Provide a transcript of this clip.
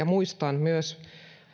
muistan myös